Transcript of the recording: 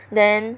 then